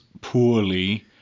poorly